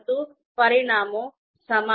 પરંતુ પરિણામો સમાન છે